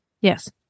Yes